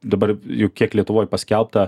dabar juk kiek lietuvoj paskelbta